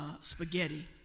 spaghetti